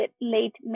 late